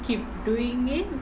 keep doing it